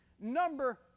Number